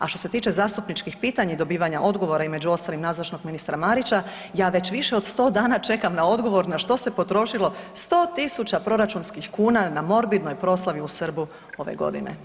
A što se tiče zastupničkih pitanja i dobivanja odgovora i među ostalim nazočnog ministra Marića, ja već više od 100 dana čekam na odgovor na što se potrošilo 100.000 proračunskih kuna na morbidnoj proslavi u Srbu ove godine?